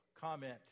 comment